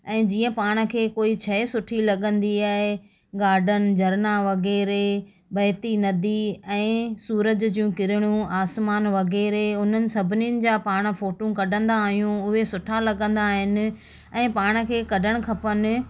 ऐं जीअं पाण खे कोई शइ सुठी लॻंदी आहे गार्डन झरना वगै़रह बेहती नदी ऐं सूरज जूं किरणू आसमान वगै़रह उन्हनि सभिनीनि जा पाण फ़ोटू कढंदा आहियूं उहे सुठा लॻंदा आहिनि ऐं पाण खे कढणु खपनि